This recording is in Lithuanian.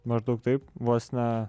maždaug taip vos ne